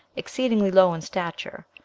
exceedingly low in stature,